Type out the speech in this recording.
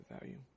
value